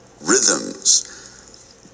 rhythms